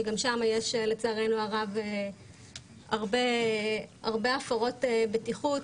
וגם שם יש לצערנו הרב הרבה הפרות בטיחות